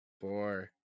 four